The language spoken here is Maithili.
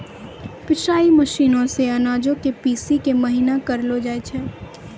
पिसाई मशीनो से अनाजो के पीसि के महीन करलो जाय छै